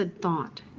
thought